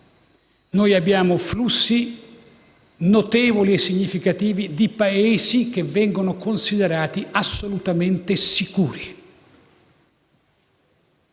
Noi abbiamo flussi notevoli e significativi da Paesi che vengono considerati assolutamente sicuri.